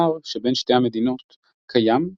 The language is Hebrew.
המסחר שבין שתי המדינות קיים,